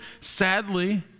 Sadly